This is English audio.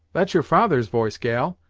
that's your father's voice, gal,